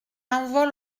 envol